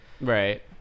Right